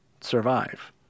survive